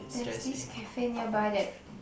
there's this cafe nearby that